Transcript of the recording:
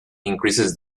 increases